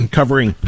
covering